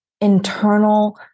internal